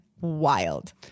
wild